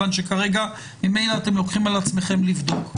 מכיוון שכרגע ממילא אתם לוקחים על עצמכם לבדוק.